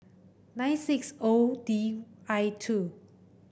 nine six O D I two